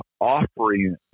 offering